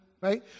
right